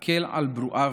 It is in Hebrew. האל על ברואיו,